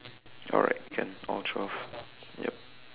alright can all twelve yup